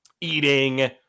eating